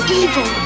evil